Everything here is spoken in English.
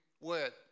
word